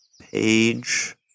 page